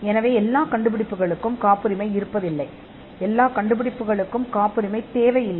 எனவே எல்லா கண்டுபிடிப்புகளுக்கும் காப்புரிமை இல்லை எல்லா கண்டுபிடிப்புகளுக்கும் காப்புரிமை தேவையில்லை